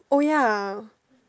oh ya